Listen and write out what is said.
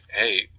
hey